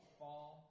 fall